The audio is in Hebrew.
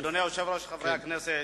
אדוני היושב-ראש, חברי הכנסת,